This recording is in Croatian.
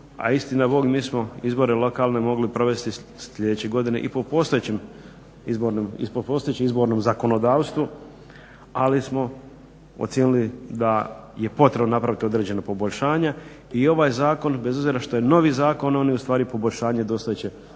A istina bog mi smo izbore lokalne mogli provesti sljedeće godine i po postojećem izbornom zakonodavstvu, ali smo ocijenili da je potrebno napraviti određena poboljšanja. I ovaj zakon, bez obzira što je novi zakon, on je u stvari poboljšanje postojećih